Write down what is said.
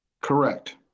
Correct